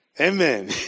Amen